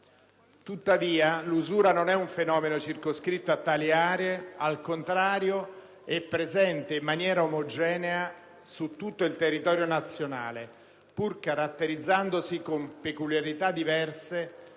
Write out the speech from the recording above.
Tuttavia l'usura non è un fenomeno circoscritto a tali aree; al contrario, è presente in maniera omogenea su tutto il territorio nazionale, pur caratterizzandosi con peculiarità diverse,